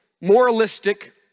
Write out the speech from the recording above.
moralistic